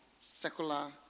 secular